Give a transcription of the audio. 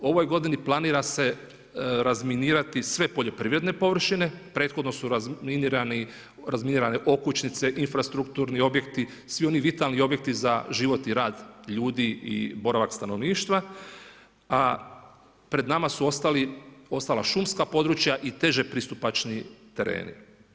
U ovoj godini planira se razminirati sve poljoprivredne površine, prethodno su razminirane okućnice, infrastrukturni objekti, svi oni vitalni objekti za život i rad ljudi i boravak stanovništva a pred nama su ostala šumska područja i teže pristupačniji tereni.